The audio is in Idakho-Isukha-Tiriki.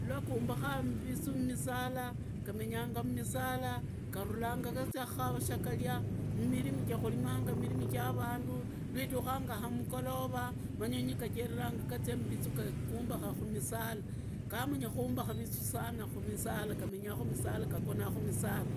iwagumbakaa mbizuu mmisala, gamenyanya mmisala, garulanga gazia kukavaa shagaria mmirimi chakurimanga, mmirimi cha sandu. Lwidakanga amugolora, manyonyi gacheranga gazia mbizuu gumbana kumisala, gamanya kumbaka vizuu khumisala gamenyama mumisala gagona khumisala.